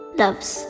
love's